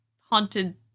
haunted